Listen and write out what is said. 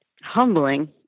humbling